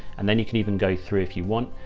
and then you can even go through if you want.